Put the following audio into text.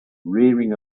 rearing